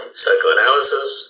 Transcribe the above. psychoanalysis